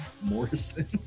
Morrison